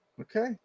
Okay